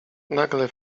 nagle